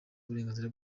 uburenganzira